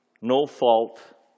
no-fault